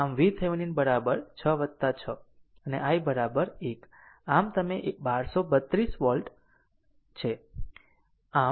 આમ VThevenin 6 6 અને i 1 આમ તે તમે 1232 વોલ્ટ છે